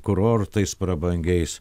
kurortais prabangiais